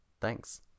thanks